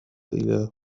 إلى